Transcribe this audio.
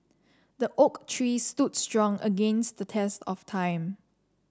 the oak tree stood strong against the test of time